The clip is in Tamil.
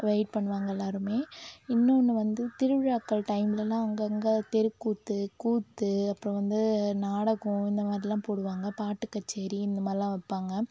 வெயிட் பண்ணுவாங்க எல்லாேருமே இன்னொன்று வந்து திருவிழாக்கள் டைம்லெல்லாம் அங்கங்கே தெருக்கூத்து கூத்து அப்புறம் வந்து நாடகம் இந்த மாதிரிலாம் போடுவாங்க பாட்டு கச்சேரி இந்த மாதிரிலாம் வைப்பாங்க